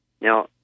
Now